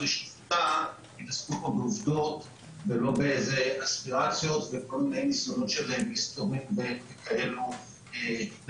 יעסקו בעובדות ולא באספירציות וכל מיני ניסיונות של מסתורין מסביב.